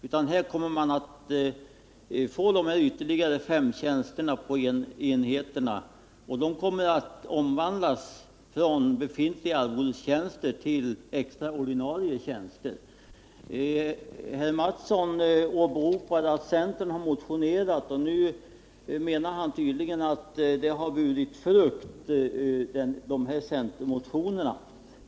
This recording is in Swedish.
Det innebär att man kommer att få ytterligare fem tjänster på enheterna och att de kommer att omvandlas från befintliga arvodestjänster till extra ordinarie tjänster. Kjell Mattsson åberopade att centern har motionerat i frågan, och nu menar han tydligen att centermotionerna har burit frukt.